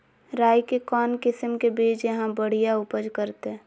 राई के कौन किसिम के बिज यहा बड़िया उपज करते?